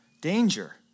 danger